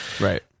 Right